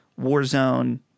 Warzone